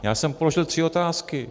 Já jsem položil tři otázky.